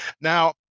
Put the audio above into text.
Now